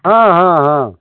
हँ हँ हँ